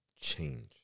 change